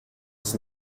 dix